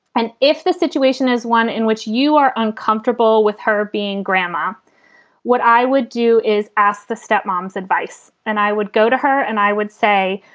and if the situation is one in which you are uncomfortable with her being grandma what i would do is ask the step mom's advice and i would go to her and i would say,